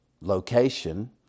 location